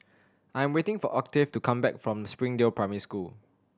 I'm waiting for Octave to come back from Springdale Primary School